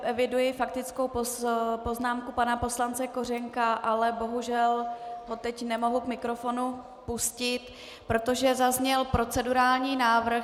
Eviduji zde faktickou poznámku pana poslance Kořenka, ale bohužel ho teď nemohu k mikrofonu pustit, protože zazněl procedurální návrh.